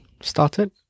started